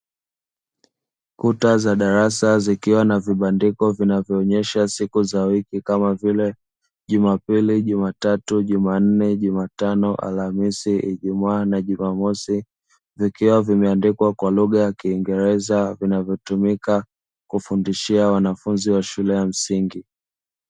Kuta za darasa zikiwa na vibandiko vinavyoonyesha siku za wiki kama vile Jumapili, Jumatatu, Jumanne, Jumatano, Alhamisi, Ijumaa na Jumamosi vikiwa vimeandikwa kwa lugha ya Kiingereza vinavyotumika kufundishia wanafunzi wa shule ya msingi.